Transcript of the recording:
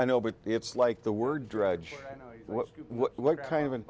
i know but it's like the word drudge and what kind of an